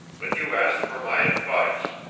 but you asked for my advice.